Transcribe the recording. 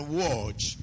watch